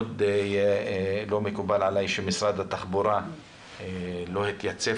מאוד לא מקובל עלי שמשרד התחבורה לא התייצב